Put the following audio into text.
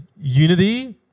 unity